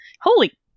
Holy